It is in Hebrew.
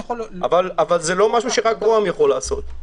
אבל זה לא משהו שרק רוה"מ יכול לעשות,